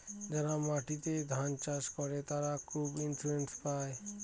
যারা মাটিতে ধান চাষ করে, তারা ক্রপ ইন্সুরেন্স পায়